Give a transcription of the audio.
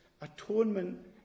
atonement